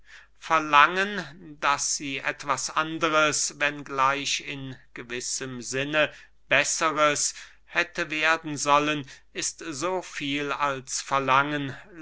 verlangen daß sie etwas anderes wenn gleich in gewissem sinne besseres hätte werden sollen ist so viel als verlangen